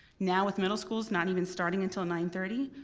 now with middle schools not even starting until nine thirty,